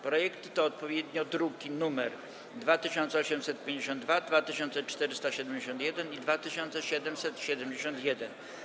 Projekty to odpowiednio druki nr 2852, 2471 i 2771.